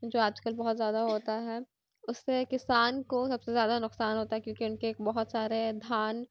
جو آج کل بہت زیادہ ہوتا ہے اُس سے کسان کو سب سے زیادہ نقصان ہوتا ہے کیوں کہ اُن کے ایک بہت سارے دھان